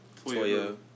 Toya